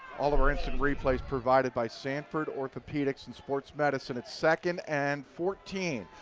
all of our instant replays provided by sanford orthopedics and sports medicine. it's second and fourteen.